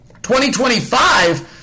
2025